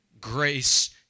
Grace